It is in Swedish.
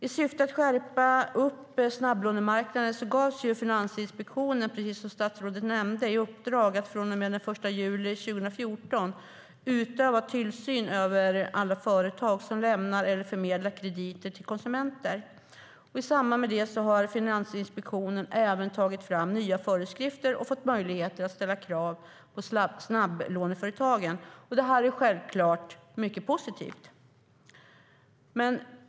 I syfte att skärpa snabblånemarknaden gavs Finansinspektionen, precis som statsrådet nämnde, i uppdrag att från den 1 juli 2014 utöva tillsyn över alla företag som lämnar eller förmedlar krediter till konsumenter. I samband med det har Finansinspektionen även tagit fram nya föreskrifter och fått möjligheter att ställa krav på snabblåneföretagen. Detta är självklart mycket positivt.